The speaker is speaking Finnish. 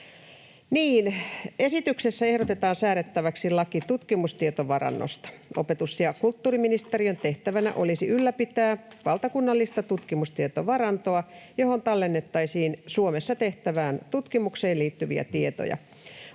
Esityksessä ehdotetaan säädettäväksi laki tutkimustietovarannosta. Opetus- ja kulttuuriministeriön tehtävänä olisi ylläpitää valtakunnallista tutkimustietovarantoa, johon tallennettaisiin Suomessa tehtävään tutkimukseen liittyviä tietoja.